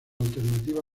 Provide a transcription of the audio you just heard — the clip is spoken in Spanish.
alternativa